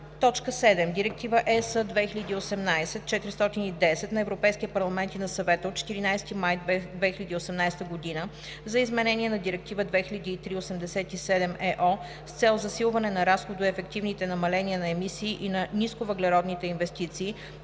г.). 7. Директива (ЕС) 2018/410 на Европейския парламент и на Съвета от 14 март 2018 г. за изменение на Директива 2003/87/ЕО с цел засилване на разходоефективните намаления на емисии и на нисковъглеродните инвестиции